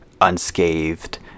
unscathed